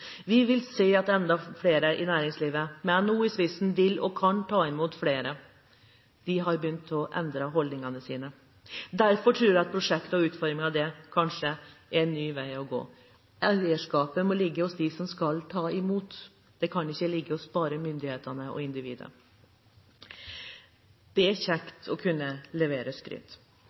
Vi vil se et næringsliv med NHO i spissen som vil og kan ta enda flere folk i bruk.» De har begynt å endre holdningene sine. Derfor tror jeg at prosjektet og utformingen av dette kanskje er en ny vei å gå. Eierskapet må ligge hos dem som skal ta imot. Det kan ikke ligge hos bare myndighetene og individene. Det er kjekt å kunne levere